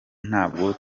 ntabwo